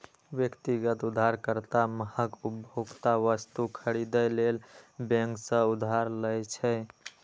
व्यक्तिगत उधारकर्ता महग उपभोक्ता वस्तु खरीदै लेल बैंक सं उधार लै छै